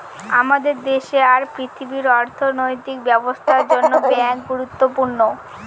আমাদের দেশে আর পৃথিবীর অর্থনৈতিক ব্যবস্থার জন্য ব্যাঙ্ক গুরুত্বপূর্ণ